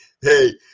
Hey